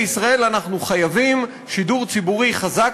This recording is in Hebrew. בישראל אנחנו חייבים שידור ציבורי חזק,